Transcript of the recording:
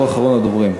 שהוא אחרון הדוברים.